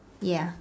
ya